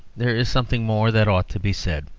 there is something more that ought to be said.